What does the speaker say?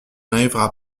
n’arrivera